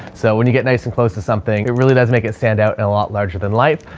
so when you get nice and close to something, it really does make it stand out in a lot larger than life.